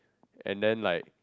and then like